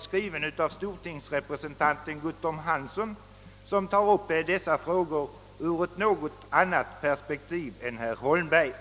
skriven av stortingsrepresentant Guttorm Hansen, som tar upp dessa frågor ur ett något annat perspektiv än herr Holmberg.